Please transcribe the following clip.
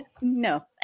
No